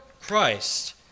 Christ